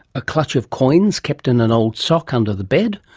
a clutch of coins kept in an old sock under the bed,